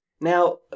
Now